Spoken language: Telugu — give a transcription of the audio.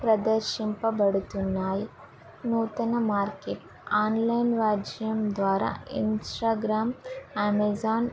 ప్రదర్శింపబడుతున్నాయి నూతన మార్కెట్ ఆన్లైన్ వాజ్యం ద్వారా ఇన్స్టాగ్రామ్ అమెజాన్